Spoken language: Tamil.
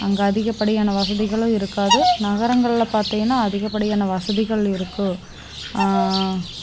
அங்கே அதிகப்படியான வசதிகளும் இருக்காது நகரங்களில் பார்த்திங்கன்னா அதிகப்படியான வசதிகள் இருக்குது